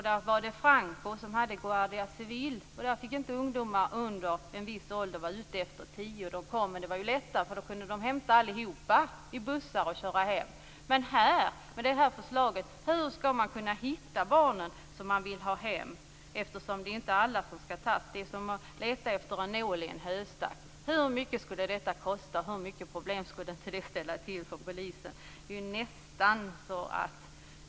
Där hade Franco sin guardia civil. Där fick inte ungdomar under en viss ålder vara ute efter kl. 22.00. Det var lättare, för man kunde hämta allihopa i bussar och köra hem. Men här? Hur skall man kunna hitta de barn som man vill ha hem, eftersom det inte är alla som skall hämtas? Det är som att leta efter en nål i en höstack. Hur mycket skulle detta kosta, och hur mycket problem skulle det inte ställa till för polisen?